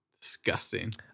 Disgusting